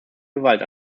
gewalt